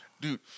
dude